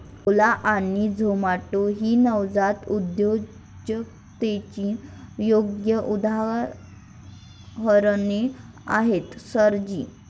ओला आणि झोमाटो ही नवजात उद्योजकतेची योग्य उदाहरणे आहेत सर जी